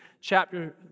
chapter